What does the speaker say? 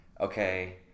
Okay